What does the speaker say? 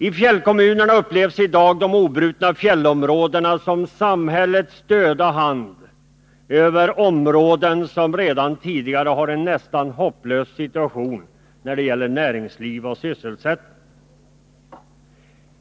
I fjällkommunerna upplevs i dag de obrutna fjällområdena som samhällets döda hand över områden som redan tidigare har en nästan hopplös situation när det gäller näringsliv och sysselsättning.